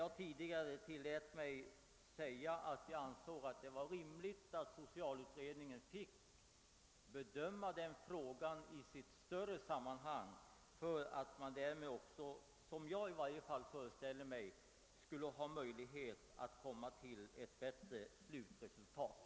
Jag tillät mig tidigare säga att jag ansåg det vara rimligt att socialutredningen fick bedöma frågan i ett större sammanhang, eftersom man då — i varje fall som jag ser det — skulle få möjligheter att komma till ett bättre slutresultat.